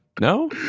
No